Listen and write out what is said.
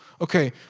Okay